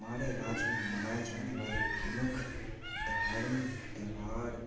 हमारे राज्य में मनाए जाने वाले प्रमुख धर्म त्यौहार